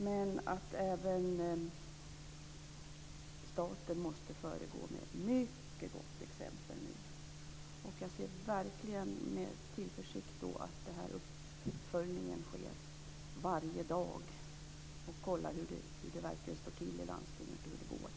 Men även staten måste föregå med mycket gott exempel. Jag ser alltså verkligen med tillförsikt fram emot att uppföljning sker varje dag, att man kontrollerar hur det verkligen står till i landstinget och hur det går. Tack!